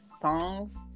songs